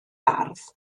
ardd